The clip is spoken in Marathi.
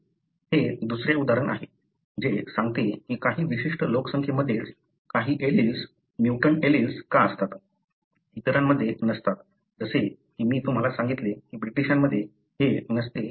हे दुसरे उदाहरण आहे जे सांगते की काही विशिष्ट लोकसंख्येमध्येच काही एलील्स म्युटंट एलील्स का असतात इतरांमध्ये नसतात जसे की मी तुम्हाला सांगितले की ब्रिटीशांमध्ये हे नसते वगैरे